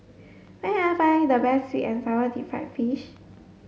where can I find the best sweet and sour deep fried fish